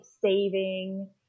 saving